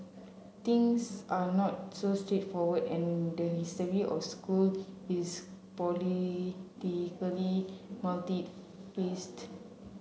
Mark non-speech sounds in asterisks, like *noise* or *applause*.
things are not so straightforward and the history of school is politically *unintelligible*